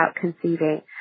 conceiving